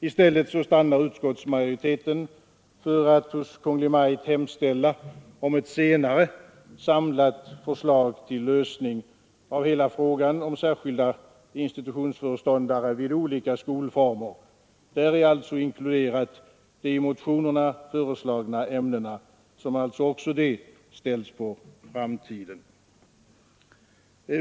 I stället stannar utskottsmajoriteten för att hos Kungl. Maj:t hemställa om ett senare samlat förslag till lösning av hela frågan om särskilda institutionsföreståndare vid olika skolformer. Där har således inkluderats de i motionerna föreslagna ämnena, som alltså också de ställs på framtiden.